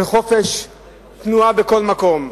של חופש תנועה בכל מקום.